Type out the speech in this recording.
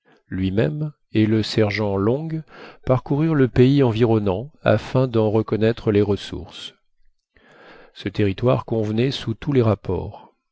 lui-même et le sergent long parcoururent le pays environnant afin d'en reconnaître les ressources ce territoire convenait sous tous les rapports